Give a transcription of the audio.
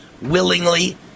willingly